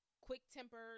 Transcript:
quick-tempered